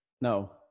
no